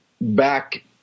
back